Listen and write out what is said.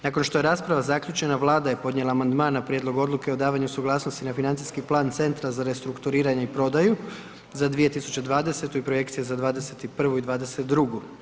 Nakon što je rasprava zaključena, Vlada je podnijela amandman na prijedlog odluke o davanju suglasnosti na financijski plan Centra za restrukturiranje i prodaju za 2020. i projekcija za '21. i '22.